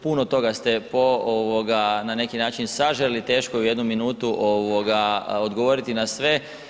Puno toga ste na neki način saželi, teško je u jednu minutu odgovoriti na sve.